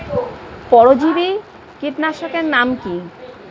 পরজীবী কীটনাশকের নাম কি?